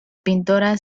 pintora